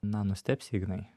na nustebsi ignai